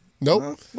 Nope